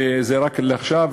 זה רק לעכשיו,